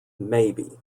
maybe